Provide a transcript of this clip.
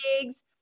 gigs